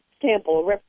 sample